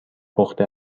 پخته